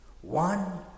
One